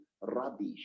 rubbish